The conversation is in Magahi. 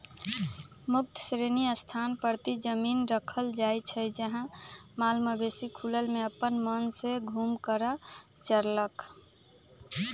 मुक्त श्रेणी स्थान परती जमिन रखल जाइ छइ जहा माल मवेशि खुलल में अप्पन मोन से घुम कऽ चरलक